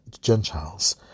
Gentiles